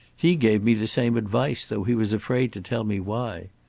he gave me the same advice, though he was afraid to tell me why.